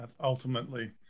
ultimately